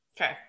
Okay